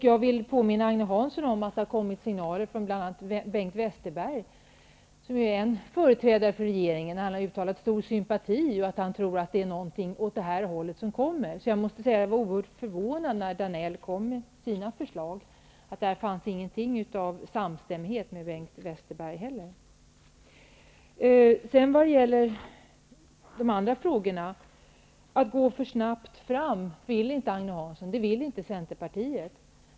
Jag vill påminna Agne Hansson om att det har kommit signaler från bl.a. Bengt Westerberg, som ju är företrädare för regeringen. Han har uttalat stor sympati och sagt att han tror att det är något i den här stilen som kommer. Jag måste säga att jag blev oerhört förvånad när Georg Danell kom med sina förslag. Där fanns ingenting av samstämmighet med Bengt Westerberg. Agne Hansson och Centerpartiet vill inte gå för snabbt fram.